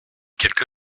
quelque